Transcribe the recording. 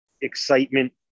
excitement